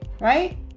Right